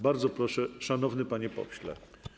Bardzo proszę, szanowny panie pośle.